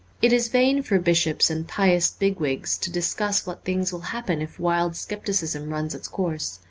it is vain for bishops and pious big wigs to discuss what things will happen if wild scepticism runs its course.